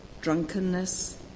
drunkenness